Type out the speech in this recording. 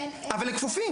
אבל הם כפופים.